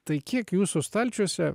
tai kiek jūsų stalčiuose